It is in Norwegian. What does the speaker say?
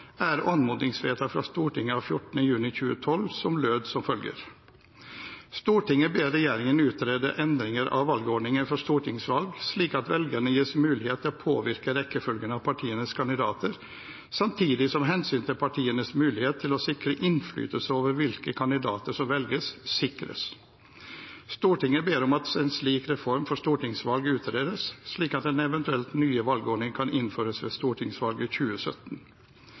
er et anmodningsvedtak fra Stortinget av 14. juni 2012, som lød som følger: «Stortinget ber regjeringen utrede endringer av valgordningen for stortingsvalg slik at velgerne gis mulighet til å påvirke rekkefølgen av partienes kandidater, samtidig som hensyn til partienes mulighet til å sikre innflytelse over hvilke kandidater som velges, sikres. Stortinget ber om at en slik reform for stortingsvalg utredes slik at den eventuelt nye valgordningen kan innføres ved stortingsvalget i 2017.»